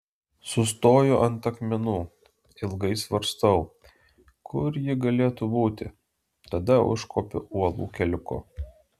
sustoju ant akmenų ilgai svarstau kur ji galėtų būti tada užkopiu uolų keliuku